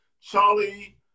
Charlie